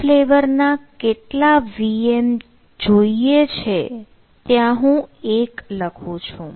આ ફ્લેવરના કેટલા VM જોઈએ છે ત્યાં હું 1 લખું છું